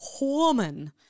Woman